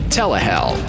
Telehell